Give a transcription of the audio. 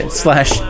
slash